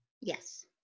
Yes